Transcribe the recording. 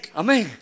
amen